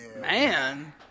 man